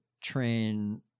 train